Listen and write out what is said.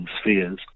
spheres